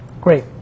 Great